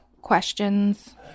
questions